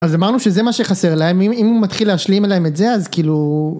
אז אמרנו שזה מה שחסר להם אם הוא מתחיל להשלים להם את זה אז כאילו.